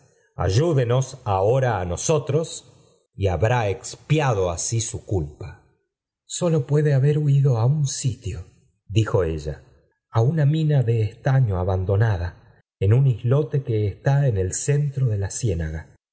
ayúdenos ahora a nosotros y habrá expiado así su milpa sólo puede haber huido a un sitio dijo ella á una mina de estaño abandonada en un islote que está en el centro de la ciénaga